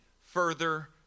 further